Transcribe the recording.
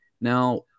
Now